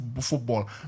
football